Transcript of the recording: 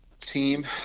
team